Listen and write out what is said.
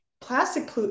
plastic